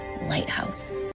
lighthouse